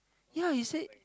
ya he said